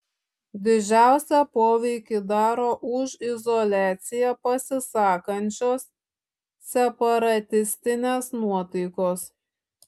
didžiausią poveikį daro už izoliaciją pasisakančios separatistinės nuotaikos